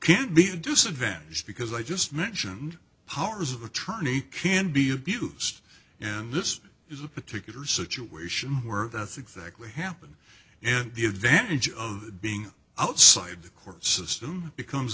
can't be disadvantaged because i just mentioned powers of attorney can be abused and this is a particular situation where that's exactly happened and the advantage of being outside the court system becomes